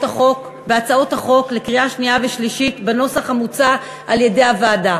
החוק לקריאה שנייה ושלישית בנוסח המוצע על-ידי הוועדה.